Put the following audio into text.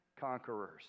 conquerors